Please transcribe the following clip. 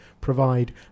provide